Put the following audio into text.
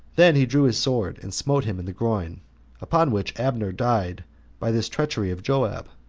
then he drew his sword, and smote him in the groin upon which abner died by this treachery of joab,